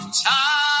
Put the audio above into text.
time